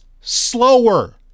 slower